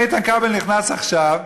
איתן כבל נכנס עכשיו,